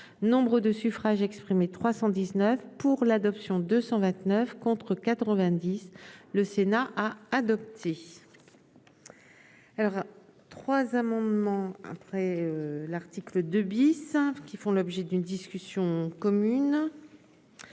nombre de suffrages exprimés 319 pour l'adoption 229 contre 90, le Sénat a adopté. Alors 3 amendements après la. C'est que le bis qui font l'objet d'une discussion commune.